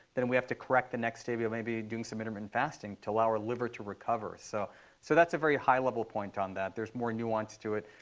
then we have to correct the next day by maybe doing some intermittent um and fasting to allow our liver to recover. so so that's a very high-level point on that. there's more nuance to it.